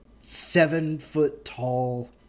seven-foot-tall